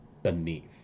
beneath